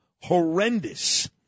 horrendous